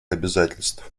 обязательств